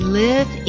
live